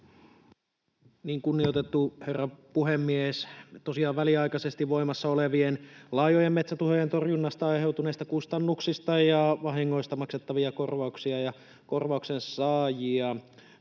Kunnioitettu herra puhemies! Tosiaan väliaikaisesti voimassa olevien laajojen metsätuhojen torjunnasta aiheutuneista kustannuksista ja vahingoista maksettavia korvauksia ja korvauksen saajia